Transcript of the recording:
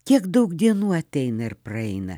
kiek daug dienų ateina ir praeina